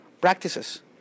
practices